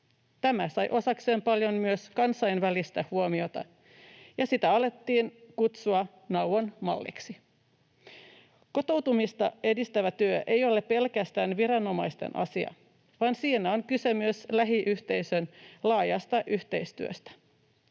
Tämä sai osakseen paljon myös kansainvälistä huomiota, ja sitä alettiin kutsua Nauvon malliksi. Kotoutumista edistävä työ ei ole pelkästään viranomaisten asia, vaan siinä on kyse myös lähiyhteisön laajasta yhteistyöstä.